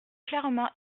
clairement